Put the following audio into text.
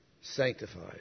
sanctified